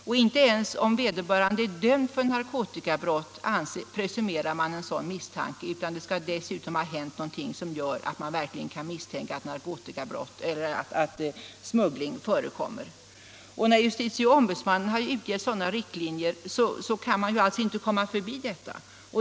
Och inte ens om vederbörande är dömd för narkotikabrott presumerar man en sådan misstanke utan det skall dessutom ha hänt någonting som gör att man verkligen konkret kan misstänka att smuggling förekommer. När JO dragit upp sådana riktlinjer kan man inte kom 61 ma förbi dem.